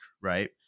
right